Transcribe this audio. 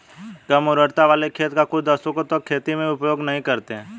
कम उर्वरता वाले खेत का कुछ दशकों तक खेती में उपयोग नहीं करते हैं